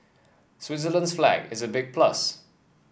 Switzerland's flag is a big plus